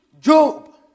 Job